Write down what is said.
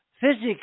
physics